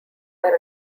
are